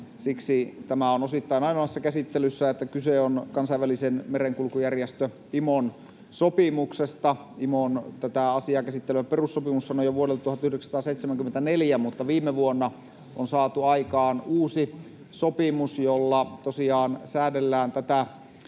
asiaa. Tämä on osittain ainoassa käsittelyssä siksi, että kyse on Kansainvälisen merenkulkujärjestön, IMOn, sopimuksesta. IMOn tätä asiaa käsittelevä perussopimushan on jo vuodelta 1974, mutta viime vuonna on saatu aikaan uusi sopimus, jolla tosiaan säädellään